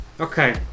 Okay